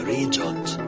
Regent